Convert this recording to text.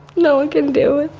no one can deal with